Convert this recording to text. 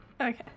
Okay